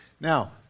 Now